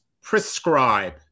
prescribe